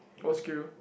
whole skill